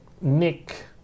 Nick